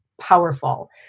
powerful